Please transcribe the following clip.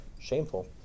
shameful